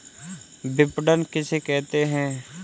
विपणन किसे कहते हैं?